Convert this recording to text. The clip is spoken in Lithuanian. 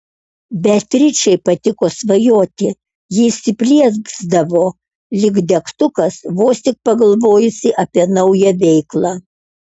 beatričei patiko svajoti ji įsiplieksdavo lyg degtukas vos tik pagalvojusi apie naują veiklą